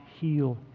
heal